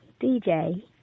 DJ